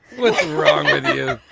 what's wrong with you?